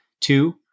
Two